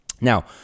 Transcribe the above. Now